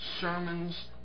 sermons